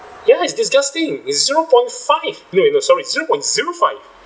ya it's disgusting is zero point five ya no sorry is zero point zero five